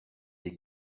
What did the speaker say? des